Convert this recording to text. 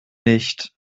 nicht